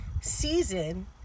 season